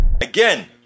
Again